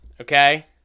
okay